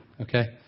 Okay